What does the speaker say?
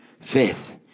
Fifth